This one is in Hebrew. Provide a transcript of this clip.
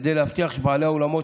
כדי להבטיח שבעלי האולמות,